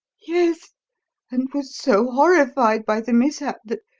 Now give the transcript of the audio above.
yes and was so horrified by the mishap that,